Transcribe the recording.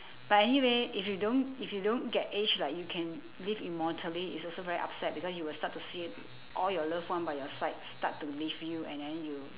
but anyway if you don't if you don't get age like you can live immortally it's also very upset because you will start to see all your loved one by your side start to leave you and then you